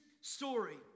story